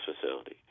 facility